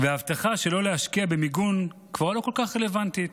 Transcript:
וההבטחה שלא להשקיע במיגון כבר לא כל כך רלוונטית.